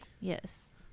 yes